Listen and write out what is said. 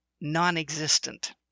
non-existent